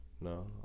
No